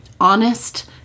honest